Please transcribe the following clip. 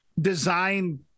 design